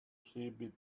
see